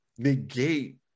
negate